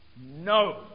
No